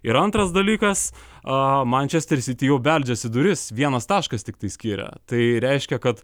ir antras dalykas mančesteris siti jau beldžiasi į duris vienas taškas tiktai skiria tai reiškia kad